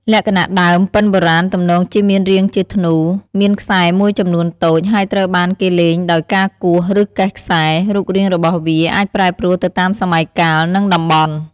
លក្ខណៈដើម ពិណបុរាណទំនងជាមានរាងជាធ្នូ មានខ្សែមួយចំនួនតូច ហើយត្រូវបានគេលេងដោយការគោះ ឬកេះខ្សែ រូបរាងរបស់វាអាចប្រែប្រួលទៅតាមសម័យកាល និងតំបន់។